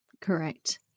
correct